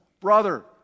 brother